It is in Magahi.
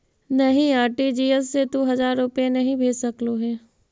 नहीं, आर.टी.जी.एस से तू हजार रुपए नहीं भेज सकलु हे